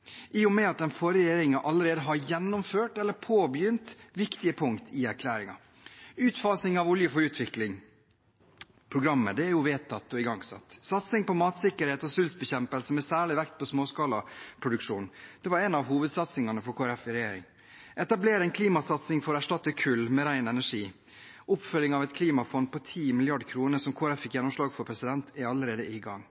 i og med at den forrige regjeringen allerede har gjennomført eller påbegynt viktige punkt i erklæringen: utfasing av olje for utvikling-programmet – vedtatt og igangsatt satsing på matsikkerhet og sultbekjempelse med særlig vekt på småskalaproduksjon – en av hovedsatsingene for Kristelig Folkeparti i regjering etablering av en klimasatsing for å erstatte kull med ren energi oppfølging av et klimafond på 10 mrd. kr, som Kristelig Folkeparti fikk gjennomslag for, er allerede i gang